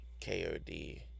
KOD